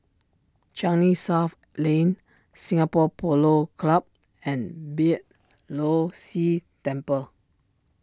Changi South Lane Singapore Polo Club and Beeh Low See Temple